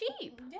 cheap